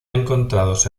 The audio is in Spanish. encontrados